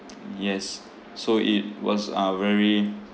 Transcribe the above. yes so it was uh very